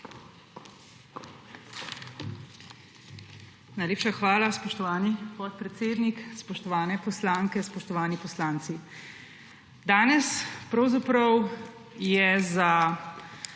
Najlepša hvala, spoštovani podpredsednik. Spoštovane poslanke, spoštovani poslanci! Danes pravzaprav je za